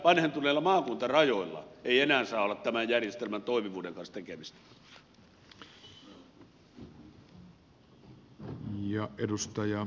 ja myöskään vanhentuneilla maakuntarajoilla ei enää saa olla tämän järjestelmän toimivuuden kanssa tekemistä